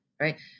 right